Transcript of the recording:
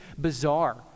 bizarre